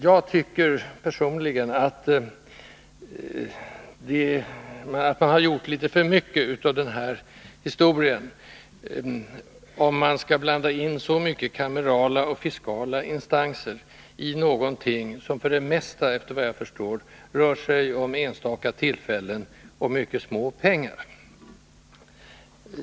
Jag tycker personligen att man har gått till överdrift i det här fallet genom att blanda in så mycket kamerala och fiskala instanser i någonting som för det mesta — efter vad jag förstår — gäller enstaka tillfällen och mycket små pengar.